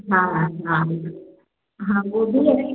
हाँ हाँ हाँ वह भी है